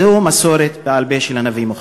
זו מסורת בעל-פה של הנביא מוחמד.